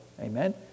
Amen